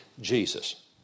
Jesus